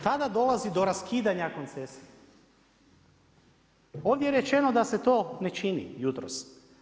Kada dolazi do raskidanja koncesije, ovdje je rečeno da se to ne čini jutros.